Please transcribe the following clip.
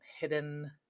hidden